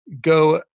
go